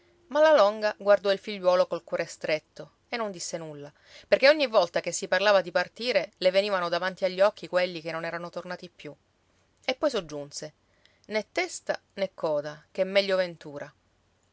ma la longa guardò il figliuolo col cuore stretto e non disse nulla perché ogni volta che si parlava di partire le venivano davanti agli occhi quelli che non erano tornati più e poi soggiunse né testa né coda ch'è meglio ventura